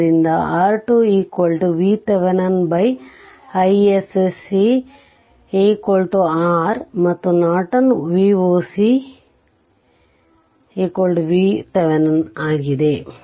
ಆದ್ದರಿಂದ R2 VThevenin iSC R ಮತ್ತು Norton Voc VTheveninಆಗಿದೆ